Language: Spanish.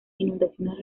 inundaciones